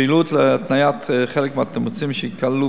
פעילות להתניית חלק מהתמריצים שייכללו